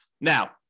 Now